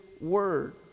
Word